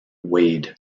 wade